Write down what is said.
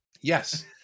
yes